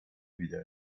بیدار